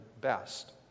best